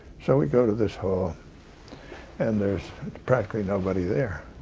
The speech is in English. so we go to this hall and there's practically nobody there